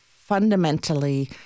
fundamentally